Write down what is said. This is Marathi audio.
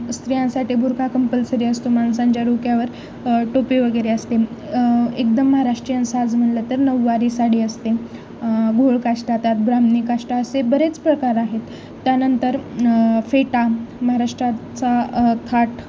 स्त्रियांसाठी बुरखा कंपल्सरी असतो मानसांच्या डोक्यावर टोपी वगैरे असते एकदम महाराष्ट्रीयन साज म्हनलं तर नऊवारी साडी असते घोळ काष्टा त्याात ब्राह्णणी काष्टा असे बरेच प्रकार आहेत त्यानंतर फेटा महाराष्ट्राचा थाट